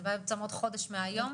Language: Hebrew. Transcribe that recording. זה בעצם עוד חודש מהיום.